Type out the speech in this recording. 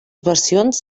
versions